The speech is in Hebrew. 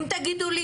אם תגידו לי,